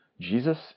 Jesus